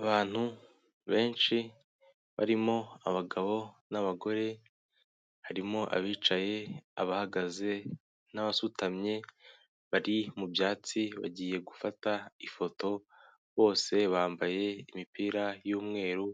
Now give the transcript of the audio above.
Abantu benshi barimo abagabo n'abagore, harimo abicaye, abahagaze n'abasutamye, bari mubyatsi, bagiye gufata ifoto, bose bambaye imipira y'umweru,